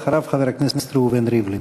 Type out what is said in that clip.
ואחריו, חבר הכנסת ראובן ריבלין.